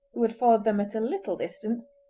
who had followed them at a little distance,